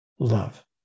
Love